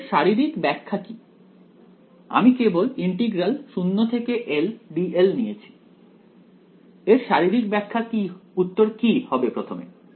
তাই এর শারীরিক ব্যাখ্যা কি আমি কেবল ইন্টিগ্রাল নিয়েছি এর শারীরিক ব্যাখ্যা কি উত্তর কি হবে প্রথমে